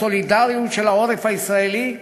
הסולידריות של העורף הישראלי,